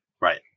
Right